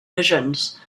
visions